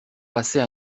passer